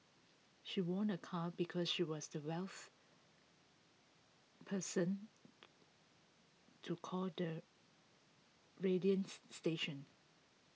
she won A car because she was the wealth person to call the radians station